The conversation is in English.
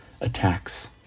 attacks